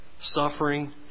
suffering